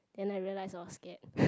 then I realise I was scared